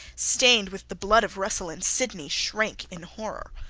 stained with the blood of russell and sidney, shrank in horror.